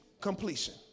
Completion